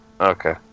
Okay